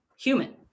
human